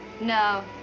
No